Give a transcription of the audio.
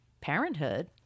parenthood